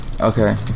Okay